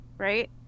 Right